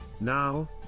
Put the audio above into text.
Now